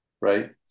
Right